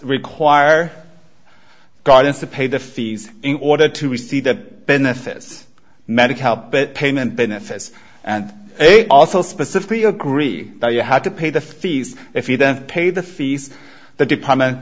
require guidance to pay the fees in order to receive that benefits medical help but payment benefits and also specifically agree that you have to pay the fees if you don't pay the fees the department